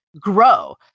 grow